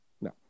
No